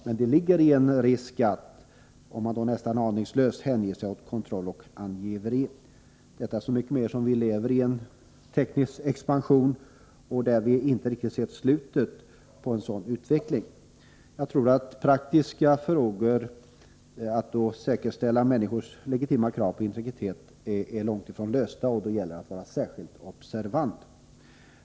Men det ligger en risk i att nästan aningslöst göra sig beroende av kontroll och angiveri, så mycket mer som vi också lever i en tid av teknisk expansion, som vi ännu inte sett slutet på. De praktiska frågorna när det gäller att säkerställa människors legitima krav på integritet är långt ifrån lösta, och det gäller att vara särskilt observant.